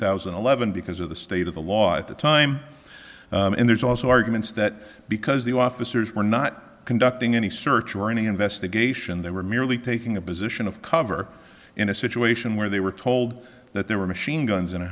thousand and eleven because of the state of the law at the time and there's also arguments that because the officers were not conducting any search or any investigation they were merely taking a position of cover in a situation where they were told that there were machine guns in